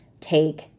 take